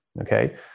okay